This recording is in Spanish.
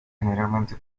generalmente